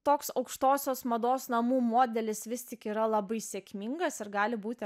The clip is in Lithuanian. toks aukštosios mados namų modelis vis tik yra labai sėkmingas ir gali būti